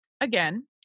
again